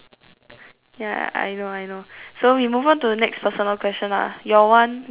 ya I know I know so we move on to the next personal question lah your one which one